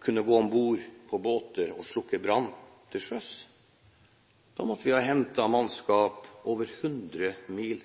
kunne gå ombord på båter og slukke brann til sjøs. Da måtte vi ha hentet mannskap fra over 100 mil